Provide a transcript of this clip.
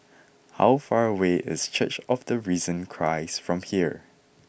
how far away is Church of the Risen Christ from here